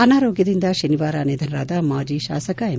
ಅನಾರೋಗ್ಡದಿಂದ ಶನಿವಾರ ನಿಧನರಾದ ಮಾಜಿ ಶಾಸಕ ಎಂ